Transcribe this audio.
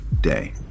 day